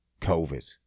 COVID